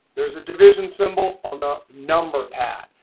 there is a division symbol on the number pad.